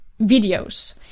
videos